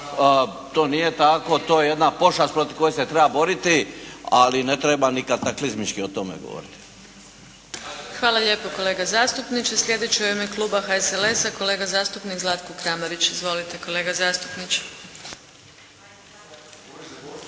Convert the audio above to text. To nije tako. To je jedna pošast kod koje se treba boriti. Ali ne treba ni kataklizmički o tome govoriti. **Adlešič, Đurđa (HSLS)** Hvala lijepo kolega zastupniče. Sljedeći je u ime kluba HSLS-a kolega zastupnik Zlatko Kramarić. Izvolite kolega zastupniče.